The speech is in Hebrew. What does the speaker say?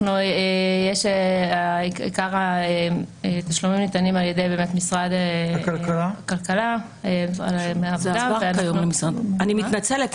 עיקר התשלומים ניתנים על ידי משרד הכלכלה --- אני מתנצלת,